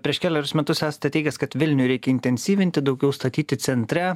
prieš kelerius metus esate teigęs kad vilnių reikia intensyvinti daugiau statyti centre